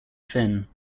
finn